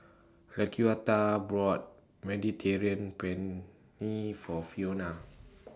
Laquita brought Mediterranean Penne For Fiona